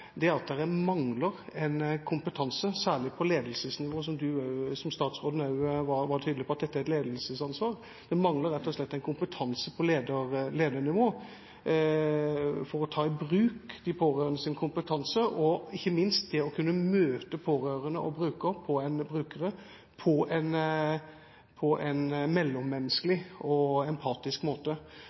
at dette er et ledelsesansvar. Det mangler rett og slett en kompetanse på ledernivå for å ta i bruk de pårørendes kompetanse og ikke minst det å kunne møte pårørende og brukere på en mellommenneskelig og empatisk måte. Hva kan statsråden gjøre for at denne kompetansen økes i kommunene, og